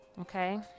Okay